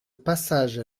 passage